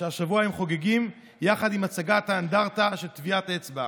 שהשבוע הם חוגגים יחד עם הצגת האנדרטה "טביעת אצבע".